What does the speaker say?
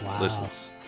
listens